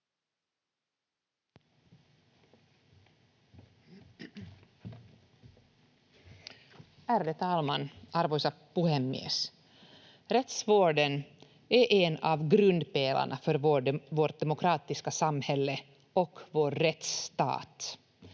Ärade talman, arvoisa puhemies! Rättsvården är en av grundpelarna för vårt demokratiska samhälle och vår rättsstat.